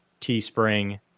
teespring